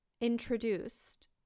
introduced